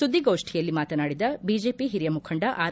ಸುದ್ದಿಗೋಷ್ಟಿಯಲ್ಲಿ ಮಾತನಾಡಿದ ಬಿಜೆಪಿ ಹಿರಿಯ ಮುಖಂಡ ಆರ್